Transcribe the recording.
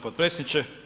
potpredsjedniče.